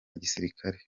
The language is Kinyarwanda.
gisirikare